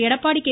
Edappadi K